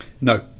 No